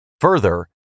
Further